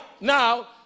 now